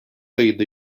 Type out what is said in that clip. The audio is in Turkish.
ayında